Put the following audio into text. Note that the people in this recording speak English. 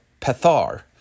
pethar